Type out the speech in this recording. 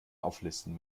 auflisten